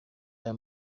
aya